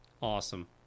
Awesome